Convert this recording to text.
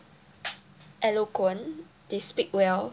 eloquent they speak well